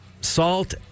salt